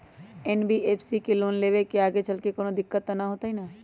NBFC से loan लेबे से आगेचलके कौनो दिक्कत त न होतई न?